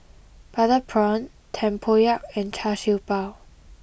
Butter Prawn Tempoyak and Char Siew Bao